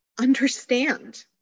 understand